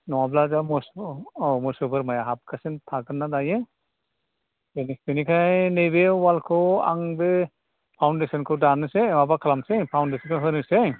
नङाब्ला जा मस औ मोसौ बोरमाया हाबगासिनो थागोन ना दायो बेनि बेनिखाय नैबे वालखौ आंबो फाउनदेसनखौ दानोसै माबा खालामसै फाउनदेसनखौ होनोसै